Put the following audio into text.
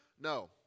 No